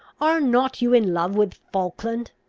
are not you in love with falkland?